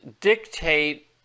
dictate